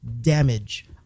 damage